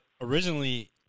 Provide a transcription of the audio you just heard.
originally